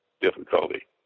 difficulty